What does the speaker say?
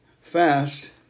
fast